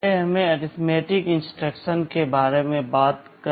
पहले हमें arithmetic instruction के बारे में बात करते हैं